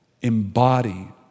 embody